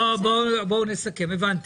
הבנתי,